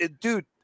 dude